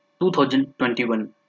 2021